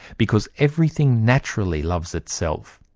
because everything naturally loves itself,